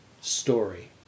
story